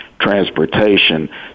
transportation